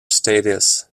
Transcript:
status